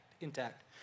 intact